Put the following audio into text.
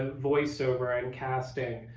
ah voiceover and casting.